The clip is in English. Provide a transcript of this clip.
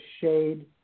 shade